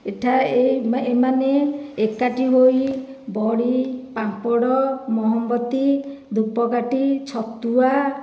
ଏଠାରେ ଏମାନେ ଏକାଠି ହୋଇ ବଡ଼ି ପାମ୍ପଡ଼ ମହମବତୀ ଧୂପକାଠି ଛତୁଆ